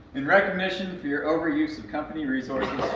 in recognition for your overuse of company resources